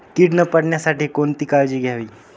कीड न पडण्यासाठी कोणती काळजी घ्यावी?